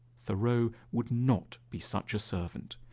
thoreau would not be such a servant.